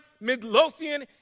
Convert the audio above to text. Midlothian